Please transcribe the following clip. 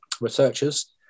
researchers